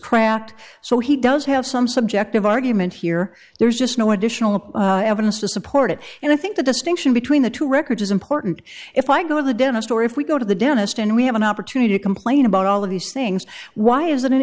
cracked so he does have some subjective argument here there's just no additional evidence to support it and i think the distinction between the two records is important if i go to the dentist or if we go to the dentist and we have an opportunity to complain about all of these things why is